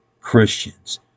Christians